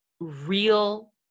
real